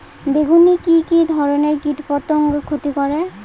বেগুনে কি কী ধরনের কীটপতঙ্গ ক্ষতি করে?